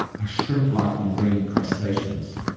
are shrimp like marine crustaceans.